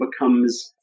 becomes